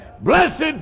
blessed